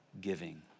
giving